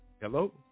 Hello